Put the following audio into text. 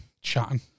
Chatting